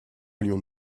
allions